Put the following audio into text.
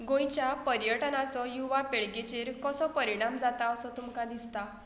गोंयच्या पर्यटनाचो युवा पिळगेचेर कसो परिणाम जाता असो तुमकां दिसता